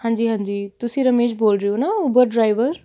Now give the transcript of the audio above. ਹਾਂਜੀ ਹਾਂਜੀ ਤੁਸੀਂ ਰਮੇਸ਼ ਬੋਲ ਰਹੇ ਹੋ ਨਾ ਉਬਰ ਡਰਾਈਵਰ